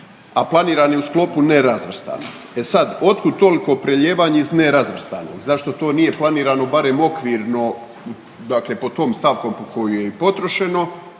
a planiran je u sklopu nerazvrstani. E sad, otkud toliko preljevanje iz nerazvrstanog, zašto to nije planirano barem okvirno dakle pod tom stavkom po kojoj je i potrošeno,